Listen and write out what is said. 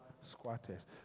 squatters